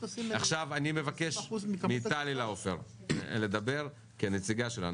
עכשיו אני מבקש מטלי לאופר לדבר כנציגה של הענף.